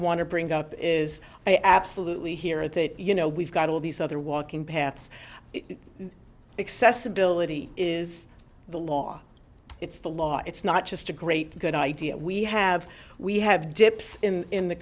want to bring up is i absolutely hear that you know we've got all these other walking paths excess ability is the law it's the law it's not just a great good idea we have we have dips in in the